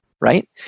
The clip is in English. right